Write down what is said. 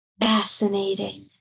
Fascinating